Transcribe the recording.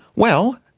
well,